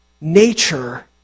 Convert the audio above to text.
nature